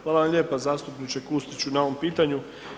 Hvala vam lijepa zastupniče Kustić na ovome pitanju.